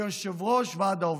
ליושב-ראש ועד העובדים,